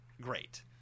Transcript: great